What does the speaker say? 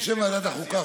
ועדת החוקה,